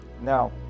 now